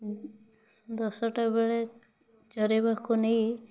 ଦଶଟା ବେଳେ ଚରାଇବାକୁ ନେଇ